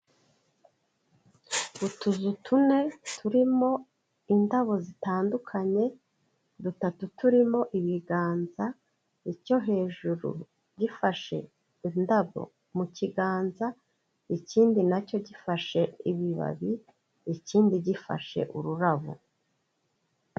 Utuzu tune turimo indabo zitandukanye, dutatu turimo ibiganza, icyo hejuru gifashe indabo mu kiganza, ikindi na cyo gifashe ibibabi, ikindi gifashe ururabo.